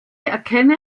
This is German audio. erkenne